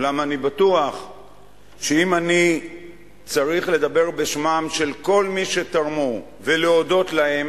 אולם אני בטוח שאם אני צריך לדבר בשמם של כל מי שתרמו ולהודות להם,